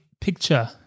picture